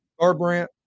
Garbrandt